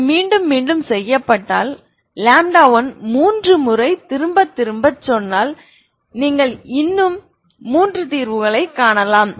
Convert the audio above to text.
அவை மீண்டும் மீண்டும் செய்யப்பட்டால் 1 மூன்று முறை திரும்பத் திரும்பச் சொன்னால் நீங்கள் இன்னும் மூன்று தீர்வுகளைக் காணலாம்